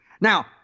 Now